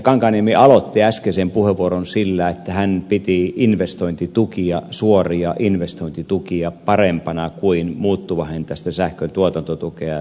kankaanniemi aloitti äskeisen puheenvuoron sillä että hän piti suoria investointitukia parempina kuin muuttuvahintaista sähkön tuotantotukea tai syöttötariffia